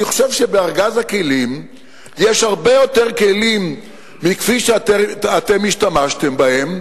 אני חושב שבארגז הכלים יש הרבה יותר כלים מכפי שאתם השתמשתם בהם,